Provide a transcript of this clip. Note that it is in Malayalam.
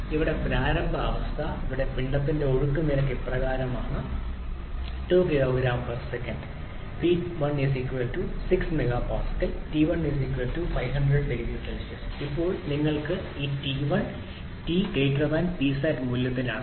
ഇവിടെ പ്രാരംഭ അവസ്ഥ ഇവിടെ പിണ്ഡത്തിന്റെ ഒഴുക്ക് നിരക്ക് ഇപ്രകാരമാണ് 2 2 കിലോഗ്രാം സെ പി 1 6 എംപിഎ ടി 1 500 0 സി ഇപ്പോൾ നിങ്ങൾക്ക് ഈ ടി 1 ടി 1 സാറ്റ് പി 1 ന്റെ മൂല്യം പരിശോധിക്കാം